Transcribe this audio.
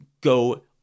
go